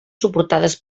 suportades